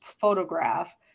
photograph